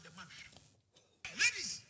Ladies